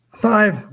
five